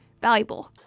valuable